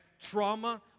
trauma